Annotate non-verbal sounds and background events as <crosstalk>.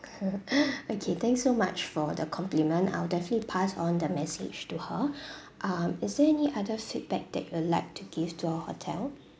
<laughs> okay thanks so much for the compliment I'll definitely pass on the message to her <breath> uh is there any other feedback that you would like to give to our hotel